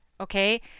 okay